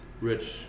Rich